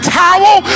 towel